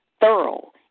thorough